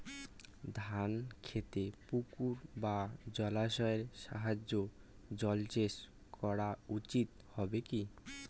ধান খেতে পুকুর বা জলাশয়ের সাহায্যে জলসেচ করা উচিৎ হবে কি?